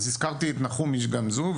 אז הזכרתי את נחום איש גמזו,